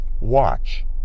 watch